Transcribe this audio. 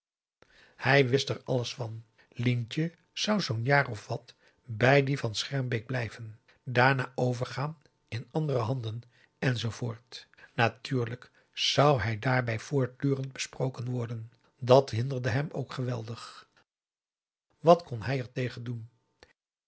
hij wist er alles van lientje zou zoo'n jaar of wat bij dien van schermbeek blijven daarna overgaan in andere handen enzoovoort natuurlijk zou hij daarbij voortdurend besproken worden dat hinderde hem ook geweldig wat kon hij er tegen doen